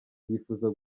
yifuza